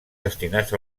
destinats